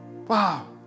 Wow